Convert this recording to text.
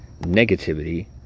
Negativity